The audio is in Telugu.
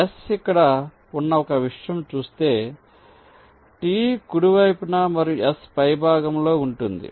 S ఇక్కడ ఉన్న ఒక విషయం చూస్తే T కుడి వైపున మరియు S పైభాగంలో ఉంటుంది